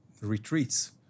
retreats